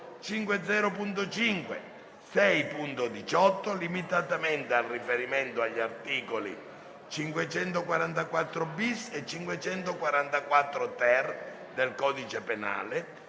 5.0.5, 6.18, limitatamente al riferimento agli articoli 544-*bis* e 544-*ter* del codice penale,